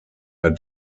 unter